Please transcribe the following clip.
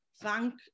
thank